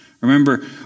Remember